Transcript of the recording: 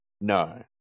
No